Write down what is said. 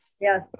Yes